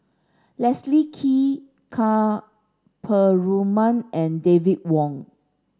Leslie Kee Ka Perumal and David Wong